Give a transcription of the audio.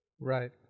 Right